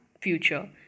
future